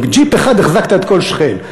עם ג'יפ אחד החזקת את כל שכם.